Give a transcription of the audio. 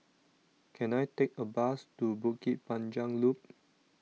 can I take a bus to Bukit Panjang Loop